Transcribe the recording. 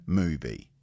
movie